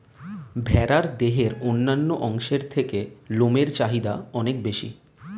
ভেড়ার দেহের অন্যান্য অংশের থেকে লোমের চাহিদা অনেক বেশি